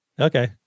Okay